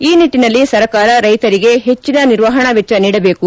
ಈ ನಿಟ್ಟನಲ್ಲಿ ಸರ್ಕಾರ ರೈತರಿಗೆ ಹೆಚ್ಚಿನ ನಿರ್ವಹಣಾ ವೆಚ್ಚ ನೀಡಬೇಕು